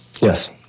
yes